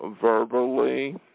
verbally